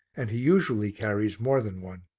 and he usually carries more than one.